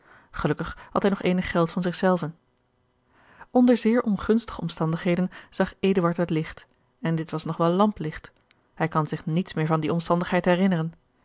gelukkig had hij nog eenig geld van zich zelven onder zeer ongunstige omstandigheden zag eduard het licht en dit was nog wel lamplicht hij kan zich niets meer van die omstandigheid herinneren